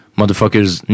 Motherfuckers